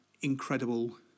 incredible